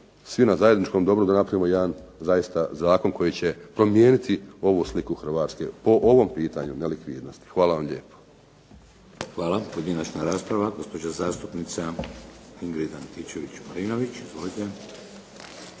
svi na zajedničkom dobru da napravimo jedan zaista zakon koji će promijeniti ovu sliku Hrvatske po ovom pitanju nelikvidnosti. Hvala vam lijepo. **Šeks, Vladimir (HDZ)** Hvala. Pojedinačna rasprava. Gospođa zastupnica Ingrid Antičević Marinović. Izvolite.